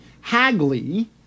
Hagley